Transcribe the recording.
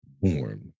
warm